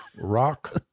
Rock